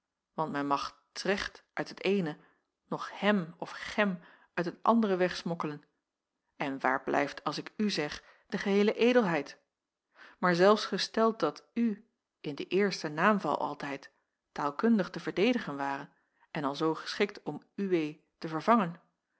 want men mag trecht uit het eene noch hem of chem uit het andere wegsmokkelen en waar blijft als ik u zeg de geheele edelheid maar zelfs gesteld dat u in den eersten naamval altijd taalkundig te verdedigen ware en alzoo geschikt om uwee te vervangen